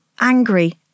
angry